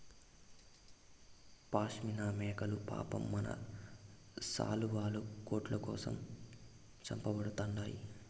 షాస్మినా మేకలు పాపం మన శాలువాలు, కోట్ల కోసం చంపబడతండాయి